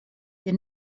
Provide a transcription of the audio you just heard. der